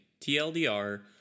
TLDR